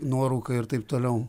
nuorūka ir taip toliau